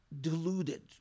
deluded